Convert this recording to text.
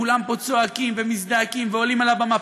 כולם פה צועקים ומזדעקים ועולים על הבמה,